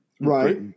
Right